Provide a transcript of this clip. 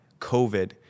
COVID